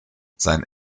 sein